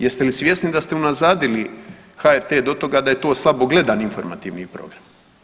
Jeste li svjesni da ste unazadili HRT do toga da je to slabo gledani informativni program?